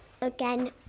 again